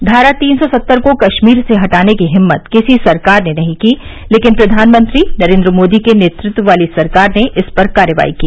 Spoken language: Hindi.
धारा तीन सौ सत्तर को कश्मीर से हटाने की हिम्मत किसी सरकार ने नहीं की लेकिन प्रधानमंत्री नरेन्द्र मोदी के नेतृत्व वाली सरकार ने इस पर कार्रवाई की